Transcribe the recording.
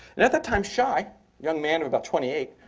and at that time, schei, a young man of about twenty eight,